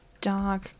dark